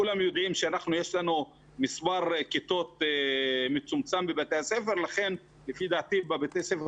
כולם יודעים שיש לנו מספר כיתות מצומצם בבתי הספר ולכן לפי דעתי בבתי הספר